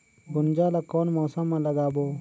गुनजा ला कोन मौसम मा लगाबो?